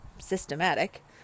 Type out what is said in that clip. systematic